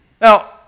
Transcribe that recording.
Now